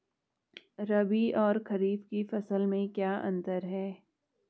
रबी और खरीफ की फसल में क्या अंतर है?